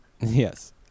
Yes